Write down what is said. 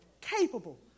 capable